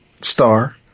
Star